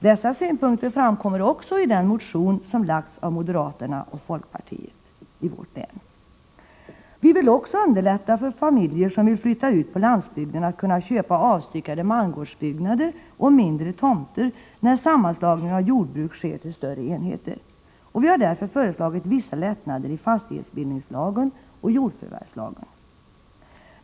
Dessa synpunkter framkommer även i den motion som har väckts av moderater och folkpartister i vårt län. Vi vill också underlätta för familjer som vill flytta ut på landsbygden att kunna köpa avstyckade mangårdsbyggnader och mindre tomter, när sammanslagning av jordbruk sker till större enheter. Vi har därför föreslagit vissa lättnader i fastighetsbildningslagen och jordförvärvslagen.